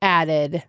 added